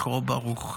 יהי זכרו ברוך.